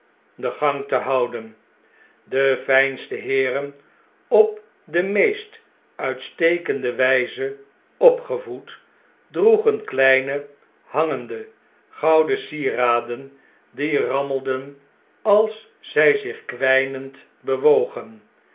den gang te houden de fijnste heeren op de meest uitstekende wgze opgevoed droegen kleine hangende gouden sieraden die rammelden als zg zich kwijnend bewogen